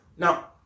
Now